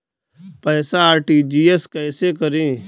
पैसा आर.टी.जी.एस कैसे करी?